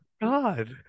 God